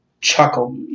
chuckle